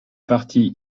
partie